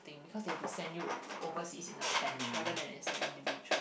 cause they have to send you overseas in a fledge rather than send you individually